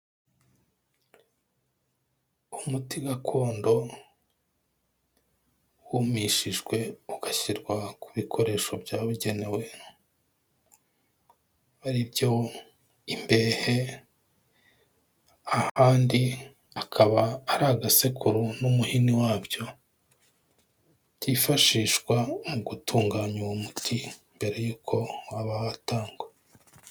Umuti gakondo, wumishijwe ugashyirwa ku bikoresho byabugenewe, aribyo imbehe, ahandi akaba ari agasekuru n'umuhini wabyo, byifashishwa mu gutunganya uwo muti, mbere yuko waba watangwa.